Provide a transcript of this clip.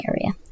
area